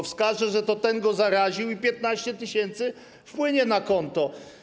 Wskaże, że to ten ją zaraził, i 15 tys. wpłynie na konto.